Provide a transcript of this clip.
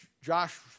Josh